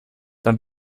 dann